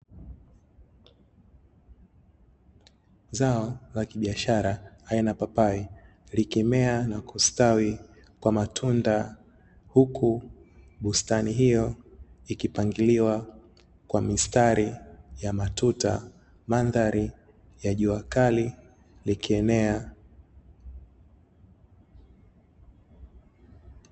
Zao la kibiashara aina ya papai likimea na kustawi kwa matunda huku bustani hiyo ikipangiliwa kwa mistari ya matuta. Mandhari ya jua kali likienea.